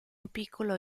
piccolo